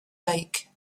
lake